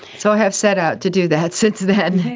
so i have set out to do that since then.